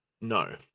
No